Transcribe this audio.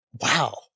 Wow